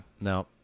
no